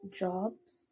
jobs